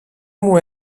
μου